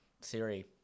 Siri